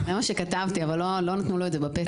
זה מה שכתבתי, אבל לא נתנו לו את זה בפתק.